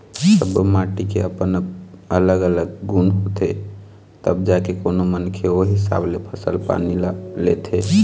सब्बो माटी के अपन अलग अलग गुन होथे तब जाके कोनो मनखे ओ हिसाब ले फसल पानी ल लेथे